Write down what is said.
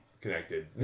connected